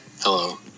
Hello